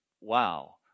wow